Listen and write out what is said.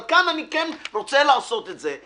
אבל כאן אני כן רוצה לעשות את זה.